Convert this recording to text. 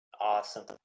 Awesome